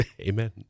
Amen